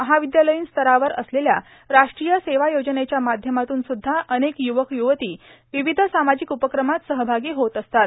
महर्गावद्यालयीन स्तरावर असलेल्या राष्ट्रीय सेवा योजनेच्या माध्यमातूनसुद्धा अनेक युवक युवती र्वावध सामाजिक उपक्रमात सहभागी होत असतात